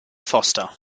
foster